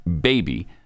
baby